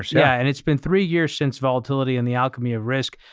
yeah. and it's been three years since volatility and the alchemy of risk.